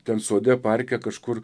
ten sode parke kažkur